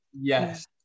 yes